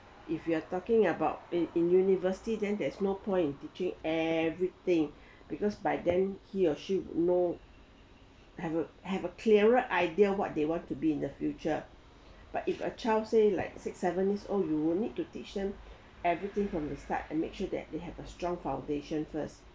if you are talking about in in university then there's no point in teaching everything because by then he or she would you know have a have a clearer idea of what they want to be in the future but if a child say like six seven years old you will need to teach them everything from the start and make sure that they have a strong foundation first